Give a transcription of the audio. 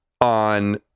on